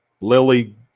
lily